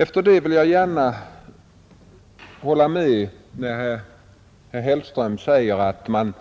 Efter detta vill jag gärna hålla med, när herr Hellström säger att man